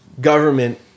government